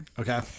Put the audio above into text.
Okay